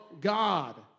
God